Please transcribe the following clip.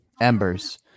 Embers